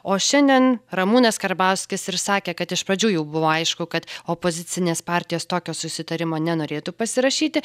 o šiandien ramūnas karbauskis ir sakė kad iš pradžių jau buvo aišku kad opozicinės partijos tokio susitarimo nenorėtų pasirašyti